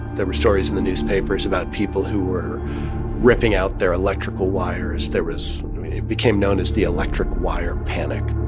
there were stories in the newspapers about people who were ripping out their electrical wires. there was it became known as the electric wire panic